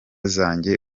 zanjye